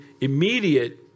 immediate